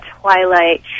Twilight